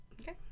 Okay